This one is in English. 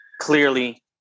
clearly